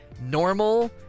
normal